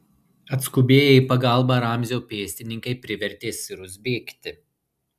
atskubėję į pagalbą ramzio pėstininkai privertė sirus bėgti